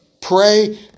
Pray